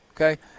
Okay